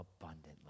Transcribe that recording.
abundantly